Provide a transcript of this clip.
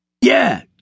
Yeah